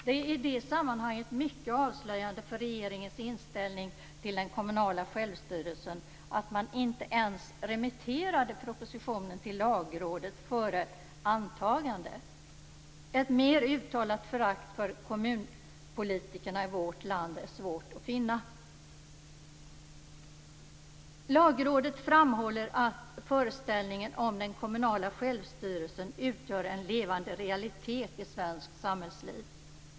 Det är i det sammanhanget mycket avslöjande för regeringens inställning till den kommunala självstyrelsen att man inte ens remitterade propositionen till Lagrådet före antagandet. Ett mer uttalat förakt för kommunpolitikerna i vårt land är svårt att finna. Lagrådet framhåller att föreställningen om den kommunala självstyrelsen utgör en levande realitet i svenskt samhällsliv.